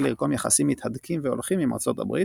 לרקום יחסים מתהדקים והולכים עם ארצות הברית